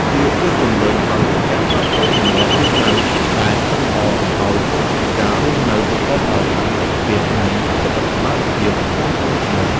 វាជួយជម្រុញឱ្យមានការផ្លាស់ប្តូរទម្លាប់រស់នៅដែលមិនល្អ ឱ្យមកជាការរស់នៅប្រកបដោយផាសុកភាព និងសុខុមាលភាពមាំមួនជានិច្ច។